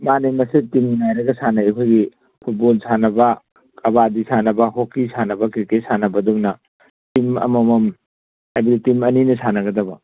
ꯃꯥꯅꯤ ꯃꯁꯤ ꯇꯤꯝ ꯅꯥꯏꯔꯒ ꯁꯥꯟꯅꯩ ꯑꯩꯈꯣꯏꯒꯤ ꯐꯨꯠꯕꯣꯜ ꯁꯥꯟꯅꯕ ꯀꯥꯕꯥꯗꯤ ꯁꯥꯟꯅꯕ ꯍꯣꯛꯀꯤ ꯁꯥꯟꯅꯕ ꯀ꯭ꯔꯤꯀꯦꯠ ꯁꯥꯟꯅꯕ ꯑꯗꯨꯒꯨꯝꯅ ꯇꯤꯝ ꯑꯃꯃꯝ ꯍꯥꯏꯗꯤ ꯇꯤꯝ ꯑꯅꯤꯅ ꯁꯥꯟꯅꯒꯗꯕ